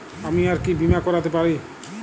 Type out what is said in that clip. আমি আর কি বীমা করাতে পারি?